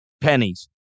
pennies